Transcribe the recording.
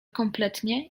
kompletnie